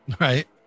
Right